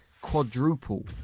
quadruple